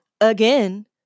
again